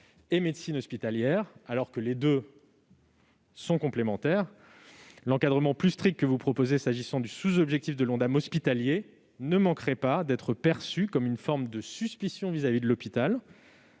et médecine hospitalière, alors que les deux sont complémentaires. L'encadrement plus strict que vous proposez, s'agissant du sous-objectif de l'Ondam hospitalier, ne manquerait pas d'être perçu comme une forme de suspicion à l'égard de l'hôpital.